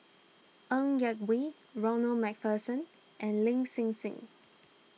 Ng Yak Whee Ronald MacPherson and Lin Hsin Hsin